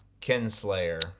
Kinslayer